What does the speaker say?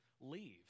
leave